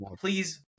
please